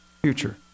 future